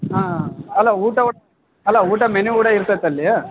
ಹಾಂ ಅಲ್ಲ ಊಟ ಅಲ್ಲ ಊಟ ಮೆನು ಕೂಡ ಇರ್ತೈತೆ ಅಲ್ಲಿ